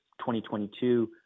2022